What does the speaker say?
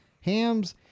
hams